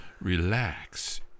Relax